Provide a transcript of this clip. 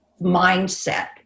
mindset